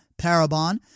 Parabon